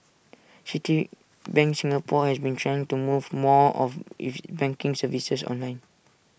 Citibank Singapore has been trying to move more of its banking services online